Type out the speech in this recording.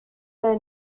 their